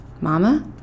Mama